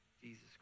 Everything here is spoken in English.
jesus